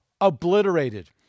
Obliterated